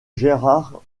gérard